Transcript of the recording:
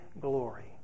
glory